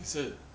ya